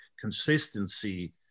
consistency